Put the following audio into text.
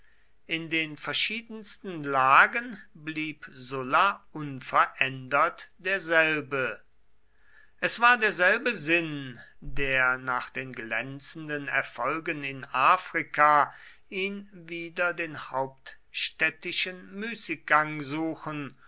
in den verschiedensten lagen blieb sulla unverändert derselbe es war derselbe sinn der nach den glänzenden erfolgen in afrika ihn wieder den hauptstädtischen müßiggang suchen